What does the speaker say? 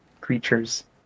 creatures